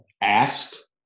asked